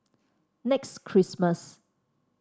Next Christmas